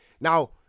Now